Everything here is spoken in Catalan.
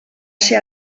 ser